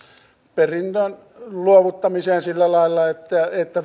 perinnön luovuttamiseen sillä lailla että